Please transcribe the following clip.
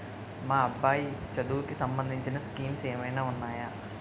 మా అబ్బాయి చదువుకి సంబందించిన స్కీమ్స్ ఏమైనా ఉన్నాయా?